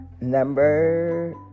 Number